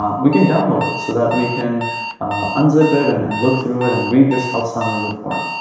um we can download it so that we can unzip it, and and look through it, and read this health summary report.